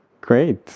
Great